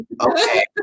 okay